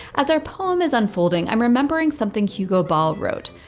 as our poem is unfolding, i'm remembering something hugo ball wrote,